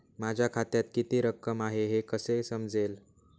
माझ्या खात्यात किती रक्कम आहे हे कसे समजेल?